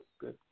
good